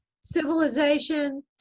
Civilization